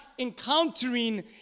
encountering